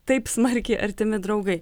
taip smarkiai artimi draugai